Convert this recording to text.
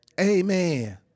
Amen